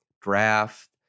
draft